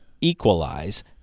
equalize